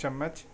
چمچ